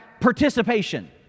participation